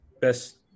best